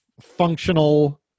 functional